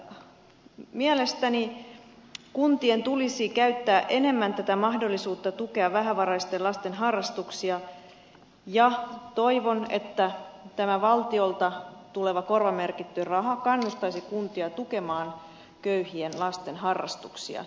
mielestäni kuntien tulisi käyttää enemmän tätä mahdollisuutta tukea vähävaraisten lasten harrastuksia ja toivon että tämä valtiolta tuleva korvamerkitty raha kannustaisi kuntia tukemaan köyhien lasten harrastuksia